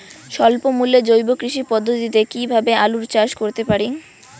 স্বল্প মূল্যে জৈব কৃষি পদ্ধতিতে কীভাবে আলুর চাষ করতে পারি?